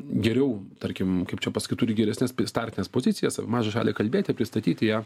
geriau tarkim kaip čia pasakyt turi geresnes startines pozicijas mažą šalį kalbėti pristatyti ją